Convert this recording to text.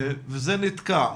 וזה נתקע.